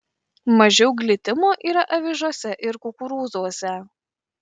mažiau glitimo yra avižose ir kukurūzuose